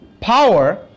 power